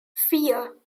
vier